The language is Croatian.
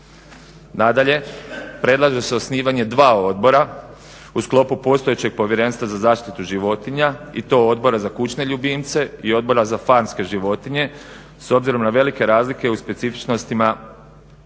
Nadalje predlaže se osnivanje dva odbora u sklopu postojećeg povjerenstva za zaštitu životinja i to Odbora za kućne ljubimce i Odbora za farmske životinje s obzirom na velike razlike u specifičnostima samog